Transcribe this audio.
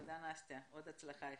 עוד הצלחה.